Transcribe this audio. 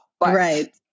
Right